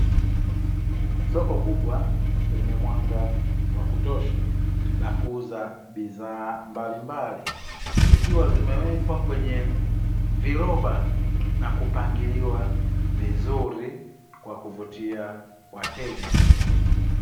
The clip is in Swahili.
Soko kubwa lenye mwanga wakutosha la kuuza bidhaa mbalimbali, zikiwa zimewekwa kwenye viroba na kupangiliwa vizuri kwa kuvutia wateja.